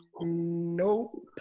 Nope